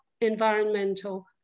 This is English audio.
environmental